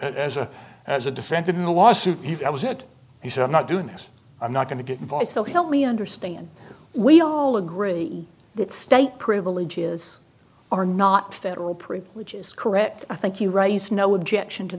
as a as a defendant in a lawsuit if i was it he said i'm not doing this i'm not going to get involved so help me understand we all agree that state privileges are not federal prison which is correct i think you raise no objection to